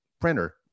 Printer